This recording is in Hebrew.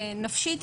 נפשית,